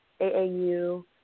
AAU